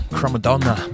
Cromadonna